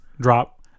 drop